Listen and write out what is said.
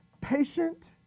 patient